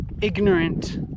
ignorant